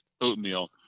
oatmeal